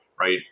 right